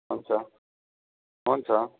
हुन्छ हुन्छ